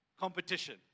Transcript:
competition